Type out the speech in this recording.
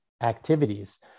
activities